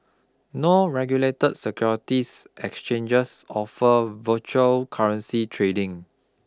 no regulated securities exchanges offer virtual currency trading